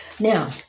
Now